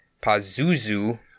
Pazuzu